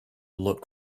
look